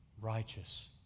Righteous